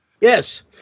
Yes